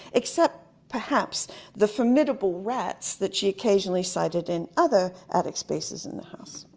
except perhaps the formidable rats that she occasionally sited in other attic spaces in the house.